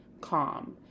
calm